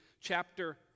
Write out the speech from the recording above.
chapter